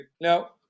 no